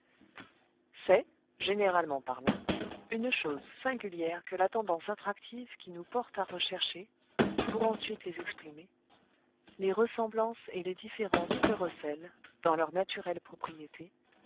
c'est généralement parlant une chose singulière que la tendance attractive qui nous porte à rechercher pour ensuite les exprimer les ressemblances et et les différences que recèlent dans leurs naturelles propriétés